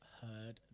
heard